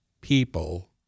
people